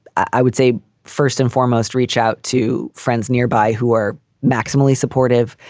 i would say first and foremost, reach out to friends nearby who are maximally supportive.